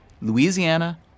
Louisiana